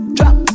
Drop